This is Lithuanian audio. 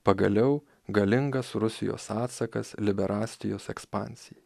pagaliau galingas rusijos atsakas liberastijos ekspansijai